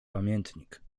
pamiętnik